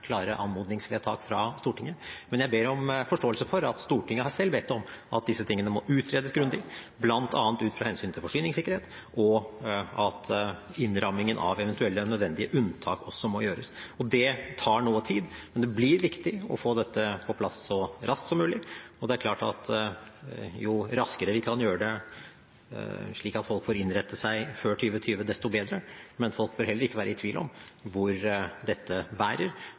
klare anmodningsvedtak fra Stortinget. Men jeg ber om forståelse for at Stortinget selv har bedt om at disse tingene må utredes grundig bl.a. ut fra hensynet til forsyningssikkerhet, og at innrammingen av eventuelle nødvendige unntak også må gjøres. Det tar noe tid, men det blir viktig å få dette på plass så raskt som mulig. Det er klart at jo raskere vi kan gjøre det, slik at folk får innrette seg før 2020, desto bedre, men folk bør heller ikke være i tvil om hvor dette bærer.